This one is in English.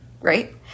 right